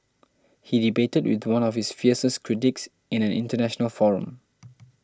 he debated with one of his fiercest critics in an international forum